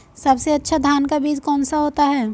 सबसे अच्छा धान का बीज कौन सा होता है?